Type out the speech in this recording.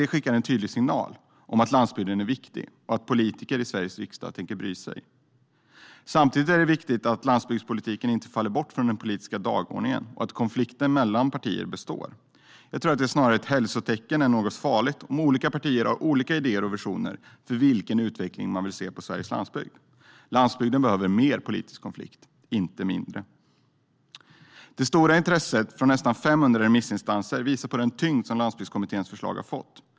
Det skickar en tydlig signal om att landsbygden är viktig och att politiker i Sveriges riksdag tänker bry sig. Samtidigt är det viktigt att landsbygdspolitiken inte faller bort från den politiska dagordningen och att konflikten mellan partier består. Det är snarare ett hälsotecken än något farligt om olika partier har olika idéer och visioner för vilken utveckling man vill se på Sveriges landsbygd. Landsbygden behöver mer politisk konflikt, inte mindre. Det stora intresset från nästan 500 remissinstanser visar på den tyngd som Landsbygdskommitténs förslag har fått.